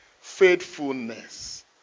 faithfulness